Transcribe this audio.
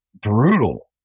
brutal